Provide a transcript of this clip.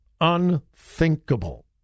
unthinkable